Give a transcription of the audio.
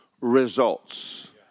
results